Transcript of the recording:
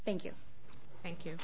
thank you thank you